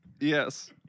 Yes